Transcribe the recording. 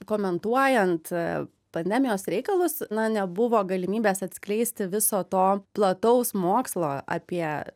komentuojant pandemijos reikalus na nebuvo galimybės atskleisti viso to plataus mokslo apie